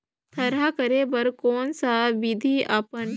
थरहा करे बर कौन सा विधि अपन?